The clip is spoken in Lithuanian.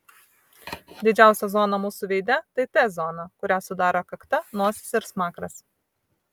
didžiausia zona mūsų veide tai t zona kurią sudaro kakta nosis ir smakras